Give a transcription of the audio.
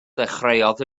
ddechreuodd